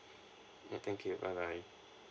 yeah thank you bye bye